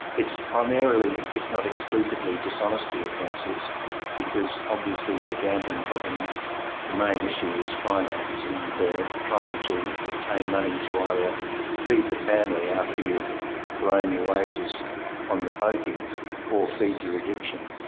it is primarily, if not exclusively, dishonesty offences because obviously with a gambling problem the main issue is finance and trying to obtain money to either feed the family after you've blown your wages on the pokies or feed your addiction.